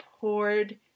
poured